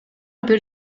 бир